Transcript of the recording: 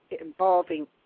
involving